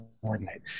coordinate